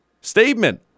statement